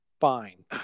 Fine